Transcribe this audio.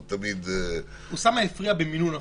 הוא תמיד --- אוסאמה הפריע במינון נכון.